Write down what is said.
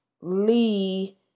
Lee